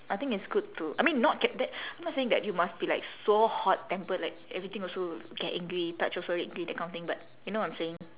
I think it's good to I mean not K that I'm not saying that you must be like so hot tempered like everything also get angry touch also angry that kind of thing but you know what I'm saying